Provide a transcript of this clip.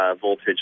voltage